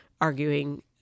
arguing